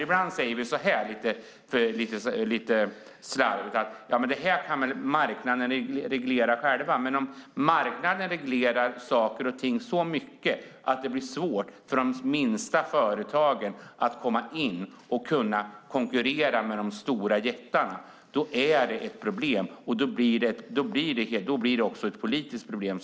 Ibland säger vi lite slarvigt att marknaden reglerar sig själv. Men om marknaden reglerar saker och ting så mycket att det blir svårt för de minsta företagen att komma in och konkurrera med de stora jättarna är det ett problem. Då blir det också ett politiskt problem.